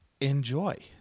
Enjoy